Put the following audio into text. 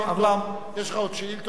יש לך עוד שאילתות.